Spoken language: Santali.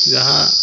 ᱡᱟᱦᱟᱸ